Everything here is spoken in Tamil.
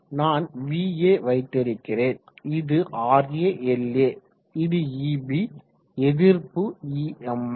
நான் Va வைத்திருக்கிறேன் இது RaLa இது eb எதிர்ப்பு இஎம்எஃப்